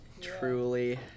Truly